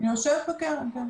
יושב בקרן, כן.